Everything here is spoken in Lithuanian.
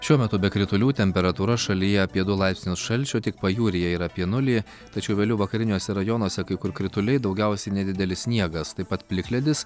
šiuo metu be kritulių temperatūra šalyje apie du laipsnius šalčio tik pajūryje yra apie nulį tačiau vėliau vakariniuose rajonuose kai kur krituliai daugiausiai nedidelis sniegas taip pat plikledis